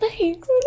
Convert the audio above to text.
thanks